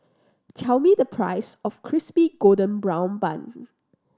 tell me the price of Crispy Golden Brown Bun